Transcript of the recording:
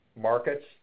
markets